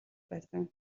байсан